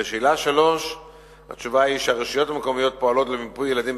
3. התשובה היא שהרשויות המקומיות פועלות למיפוי ילדים